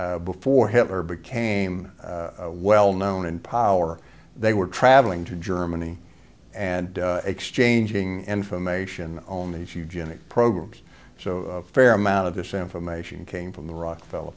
to before hitler became well known in power they were traveling to germany and exchanging information on these eugenics programs so a fair amount of this information came from the rockefeller